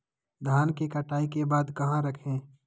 धान के कटाई के बाद कहा रखें?